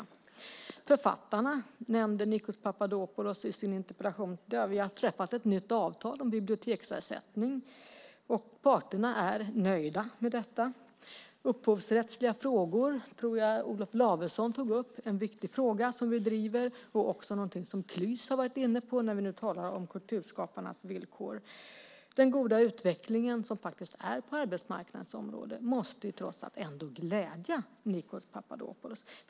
Nikos Papadopoulos nämnde författarna i sin interpellation. Vi har träffat ett nytt avtal om biblioteksersättning, och parterna är nöjda med detta. Jag tror att det var Olof Lavesson som tog upp de upphovsrättsliga frågorna. Det är en viktig fråga som vi driver. Det är också någonting som Klys har varit inne på, när vi nu talar om kulturskaparnas villkor. Den goda utvecklingen på arbetsmarknaden måste trots allt ändå glädja Nikos Papadopoulos.